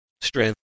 strength